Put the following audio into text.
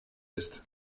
ist